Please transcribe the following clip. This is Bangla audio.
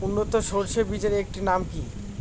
উন্নত সরষে বীজের একটি নাম কি?